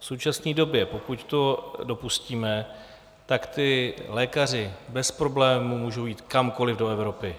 V současné době, pokud to dopustíme, tak ti lékaři bez problémů můžou jít kamkoli do Evropy.